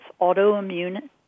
autoimmune